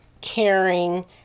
caring